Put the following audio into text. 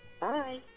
Bye